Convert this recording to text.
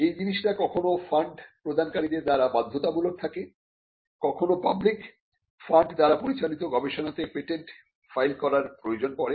এই জিনিসটা কখনো ফান্ড প্রদানকারীদের দ্বারা বাধ্যতামূলক থাকে কখনো পাবলিক ফান্ড দ্বারা পরিচালিত গবেষণাতে পেটেন্ট ফাইল করার প্রয়োজন পড়ে